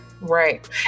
Right